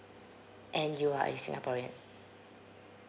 and you are a singaporean